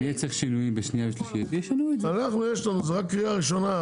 זאת רק קריאה ראשונה.